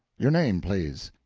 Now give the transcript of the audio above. your name, please?